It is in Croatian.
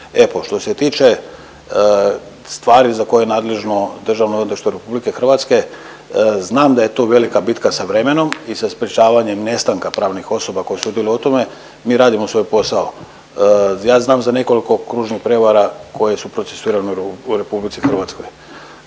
EPO. Što se tiče stvari za koje je nadležno Državno odvjetništvo RH znam da je to velika bitka sa vremenom i sa sprječavanjem nestanka pravnih osoba koje su bile u tome mi radimo svoj posao. Ja znam za nekoliko kružnih prijevara koje su procesuirane u RH. Toliko koliko